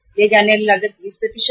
ले जाने वाला लागत 20 है